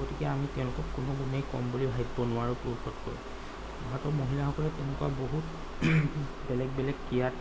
গতিকে আমি তেওঁলোকক কোনো গুণেই কম বুলি ভাবিব নোৱাৰোঁ পুৰুষতকৈ ভাৰতৰ মহিলাসকলে তেনেকুৱা বহুত বেলেগ বেলেগ ক্ৰীড়াত